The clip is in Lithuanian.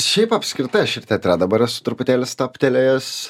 šiaip apskritai aš ir teatre dabar esu truputėlį stabtelėjęs